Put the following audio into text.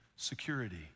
Security